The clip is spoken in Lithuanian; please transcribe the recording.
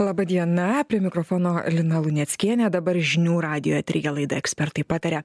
laba diena prie mikrofono lina luneckienė dabar žinių radijo eteryje laida ekspertai pataria